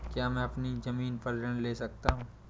क्या मैं अपनी ज़मीन पर ऋण ले सकता हूँ?